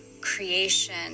creation